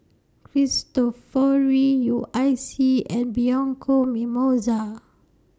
Cristofori U I C and Bianco Mimosa